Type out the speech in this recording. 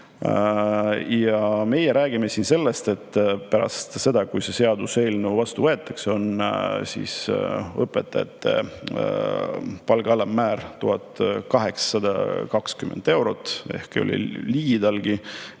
Aga meie räägime siin sellest, et pärast seda, kui see seaduseelnõu vastu võetakse, on õpetajate palga alammäär 1820 eurot ehk see ei ole